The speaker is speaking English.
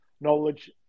knowledge